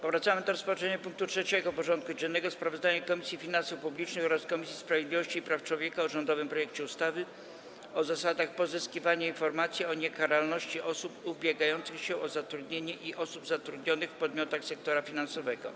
Powracamy do rozpatrzenia punktu 3. porządku dziennego: Sprawozdanie Komisji Finansów Publicznych oraz Komisji Sprawiedliwości i Praw Człowieka o rządowym projekcie ustawy o zasadach pozyskiwania informacji o niekaralności osób ubiegających się o zatrudnienie i osób zatrudnionych w podmiotach sektora finansowego.